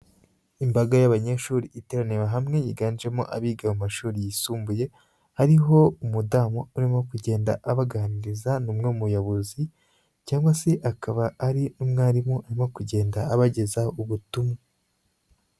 Imbaga y'abanyeshuri iteranira hamwe, yiganjemo abiga mu mashuri yisumbuye, hariho umudamu urimo kugenda abaganiriza, ni umwe mu bayobozi cyangwa se akaba ari umwarimu arimo kugenda abagezaho ubutumwa.